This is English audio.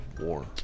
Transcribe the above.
War